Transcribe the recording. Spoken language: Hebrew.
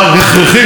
לא דבר מותר,